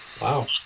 Wow